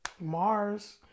mars